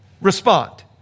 respond